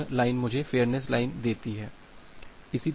तो यह लाइन मुझे फेयरनेस लाइन देती है